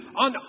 on